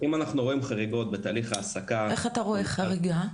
אם אנחנו רואים חריגות בתהליך העסקה --- איך אתה רואה חריגה?